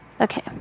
Okay